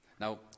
Now